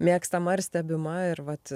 mėgstama ir stebima ir vat